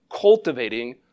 cultivating